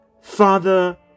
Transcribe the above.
Father